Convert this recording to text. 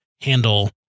handle